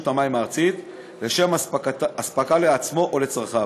המים הארצית לשם הספקה לעצמו או לצרכיו.